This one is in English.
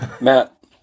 Matt